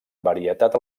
varietat